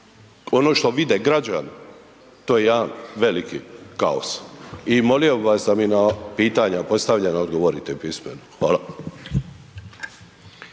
ono što vide građani to je jedan veliki kao i molio bih vas da mi na pitanja postavljena odgovorite pismeno. Hvala.